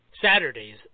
Saturdays